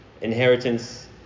inheritance